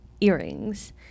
earrings